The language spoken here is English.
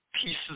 pieces